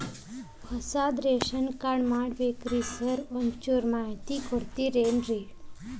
ಹೊಸದ್ ration card ಮಾಡ್ಬೇಕ್ರಿ sir ಒಂಚೂರ್ ಮಾಹಿತಿ ಕೊಡ್ತೇರೆನ್ರಿ?